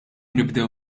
nibdew